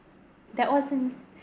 that was